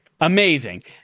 amazing